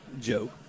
Joe